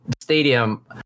Stadium